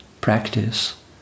practice